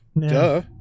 duh